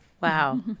Wow